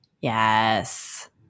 Yes